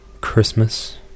Christmas